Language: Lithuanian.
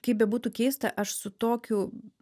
kaip bebūtų keista aš su tokiu